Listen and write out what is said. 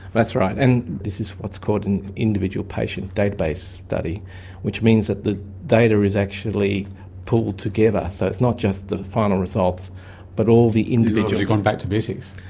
that's right and this is what's called an individual patient database study which means that the data is actually pulled together so it's not just the final results but all the individual. you've gone back to basics.